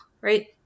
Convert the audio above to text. right